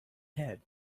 head